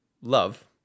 love